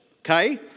Okay